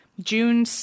June